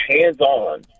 hands-on